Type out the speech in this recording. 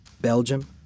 Belgium